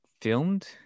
filmed